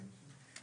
הצבעה ההצבעה אושרה.